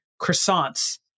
croissants